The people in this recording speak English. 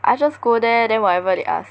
I just go there then whatever they ask